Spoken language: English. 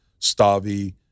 Stavi